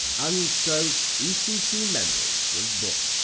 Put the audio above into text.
and so ecc memory was born,